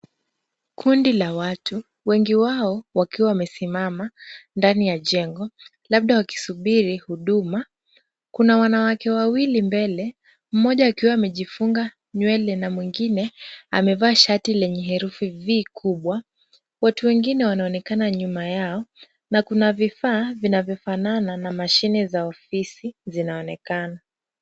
Kundi la watu, wengi wao wakiwa wamesimama ndani ya jengo labda wakisubiri huduma. Kuna wanawake wawili mbele, mmoja akiwa amejifunga nywele na mwingine amevaa shati lenye herufi V kubwa. Watu wengine wanaonekana nyuma yao na kuna vifaa vinavyofanana na mashine za ofisi zinaonekana.